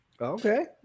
Okay